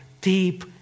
deep